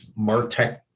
MarTech